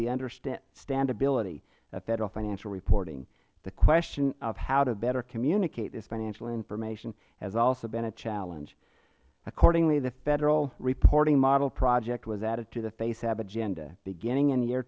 the understandability of federal financial reporting the question of how to better communicate this financial information has also been a challenge accordingly the federal reporting model project was added to the fasab agenda beginning in the year